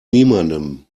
niemandem